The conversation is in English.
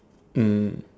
mm